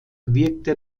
wirkte